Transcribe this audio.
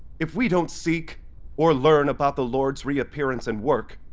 if we don't seek or learn about the lord's reappearance and work,